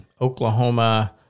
Oklahoma